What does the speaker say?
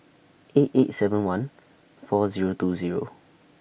eight eight seven one four Zero two Zero